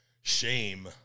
shame